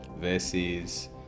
versus